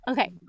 Okay